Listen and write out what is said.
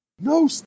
No